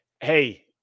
Hey